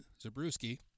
Zabruski